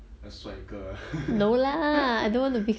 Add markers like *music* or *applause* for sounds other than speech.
a 帅哥 ah *laughs*